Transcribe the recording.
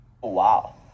Wow